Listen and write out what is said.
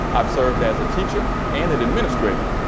i've served as a teacher and an administrator.